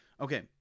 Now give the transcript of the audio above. Okay